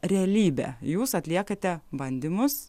realybė jūs atliekate bandymus